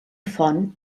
font